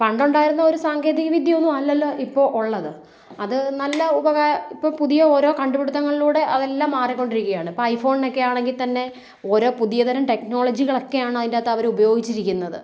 പണ്ട് ഉണ്ടായിരുന്ന ഒരു സാങ്കേതികവിദ്യ ഒന്നും അല്ലല്ലോ ഇപ്പോൾ ഉള്ളത് അത് നല്ല ഉപകാ ഇപ്പം പുതിയ ഓരോ കണ്ടുപിടുത്തങ്ങളിലൂടെ അതെല്ലാം മാറി കൊണ്ടിരിക്കുകയാണ് ഇപ്പോൾ ഐഫോണിനൊക്കെ ആണെങ്കിൽ തന്നെ ഓരോ പുതിയ തരം ടെക്നോളജികളക്കെയാണ് അതിൻ്റെ അകത്ത് അവർ ഉപയോഗിച്ചിരിക്കുന്നത്